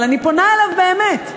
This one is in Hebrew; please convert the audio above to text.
אבל אני פונה אליו באמת,